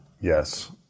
Yes